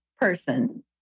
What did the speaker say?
person